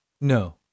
No